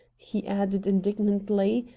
he added indignantly,